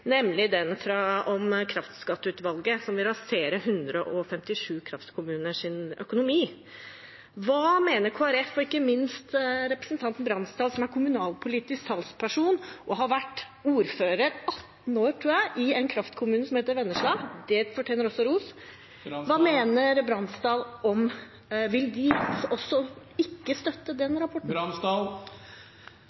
nemlig den fra kraftskatteutvalget, som vil rasere 157 kraftkommuners økonomi? Hva mener Kristelig Folkeparti og ikke minst representanten Brandsdal, som er kommunalpolitisk talsperson, og som har vært ordfører i 18 år, tror jeg, i kraftkommunen Vennesla? Det fortjener også ros. Hva mener Bransdal og Kristelig Folkeparti – vil de heller ikke støtte den